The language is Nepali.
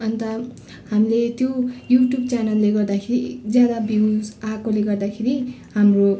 अन्त हामीले त्यो यु ट्युब च्यानलले गर्दाखेरि ज्यादा भ्युस आएकोले गर्दाखेरि हाम्रो